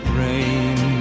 rain